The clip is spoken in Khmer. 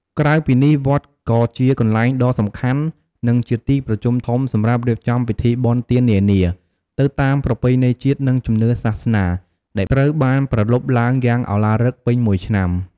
ក្រៅពីនេះ វត្តក៏ជា កន្លែងដ៏សំខាន់ និងជាទីប្រជុំធំសម្រាប់រៀបចំពិធីបុណ្យទាននានា ទៅតាមប្រពៃណីជាតិ និងជំនឿសាសនា ដែលត្រូវបានប្រារព្ធឡើងយ៉ាងឱឡារិកពេញមួយឆ្នាំ។